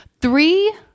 three